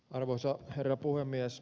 arvoisa herra puhemies